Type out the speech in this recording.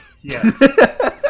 Yes